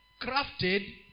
crafted